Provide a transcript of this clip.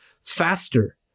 faster